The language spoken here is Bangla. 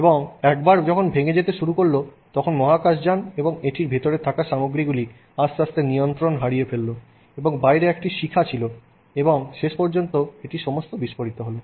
এবং একবার যখন ভেঙে যেতে শুরু করল তখন মহাকাশযান এবং এটির ভিতরে থাকা সামগ্রীগুলি আস্তে আস্তে নিয়ন্ত্রণ হারিয়ে ফেলল বাইরে একটি শিখা ছিল এবং শেষ পর্যন্ত এটি সমস্ত বিস্ফোরিত হল